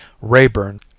Rayburn